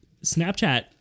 Snapchat